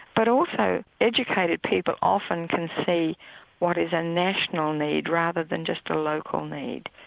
but also educated people often can see what is a national need rather than just a local need.